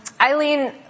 Eileen